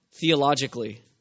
theologically